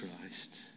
Christ